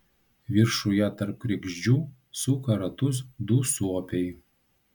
viršuje tarp kregždžių suka ratus du suopiai